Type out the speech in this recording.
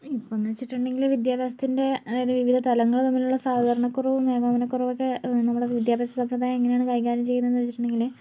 ഇപ്പോഴെന്ന് വെച്ചിട്ടുണ്ടെങ്കിൽ വിദ്യാഭ്യാസത്തിന്റെ അതായത് വിവിധ തലങ്ങൾ തമ്മിലുള്ള സഹകരണക്കുറവും ഏകോപനക്കുറവുമൊക്കെ നമ്മുടെ വിദ്യാഭ്യാസ സമ്പ്രദായം എങ്ങനെയാണ് കൈകാര്യം ചെയ്യുന്നതെന്ന് വെച്ചിട്ടുണ്ടെങ്കിൽ